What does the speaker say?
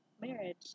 marriage